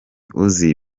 uzi